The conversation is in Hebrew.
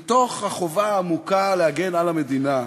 ומתוך החובה העמוקה להגן על המדינה,